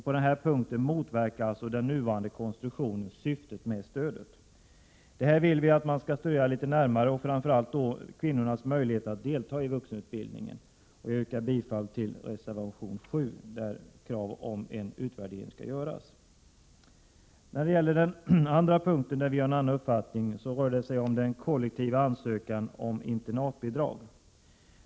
På den här punkten motverkar alltså den nuvarande konstruktionen syftet med stödet. Det här vill vi att man skall studera litet närmare, framför allt då kvinnornas möjligheter att delta i vuxenutbildningen. Jag yrkar bifall till reservation 7, där det krävs att en utvärdering skall göras. Den andra punkten där vi har en annan uppfattning rör kollektiv ansökan om internatbidrag.